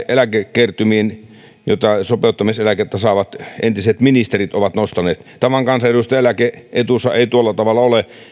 eläkekertymiin joita sopeuttamiseläkettä saavat entiset ministerit ovat nostaneet niin kansanedustajan eläke etuushan ei tuolla tavalla ole